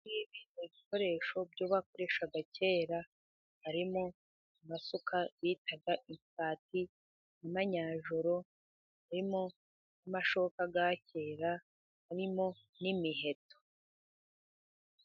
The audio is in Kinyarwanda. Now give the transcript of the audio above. Ibi ngibi ni bikoresho bakoreshaga kera harimo: amasuka bita imfwati, n'amanyajoro ,harimo n' amashoka ya kera ,harimo n'imiheto.